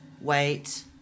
Wait